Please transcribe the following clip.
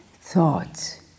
thoughts